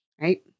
right